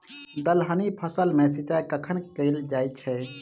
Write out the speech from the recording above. दलहनी फसल मे सिंचाई कखन कैल जाय छै?